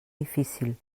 difícil